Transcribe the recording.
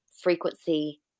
frequency